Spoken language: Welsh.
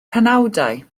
penawdau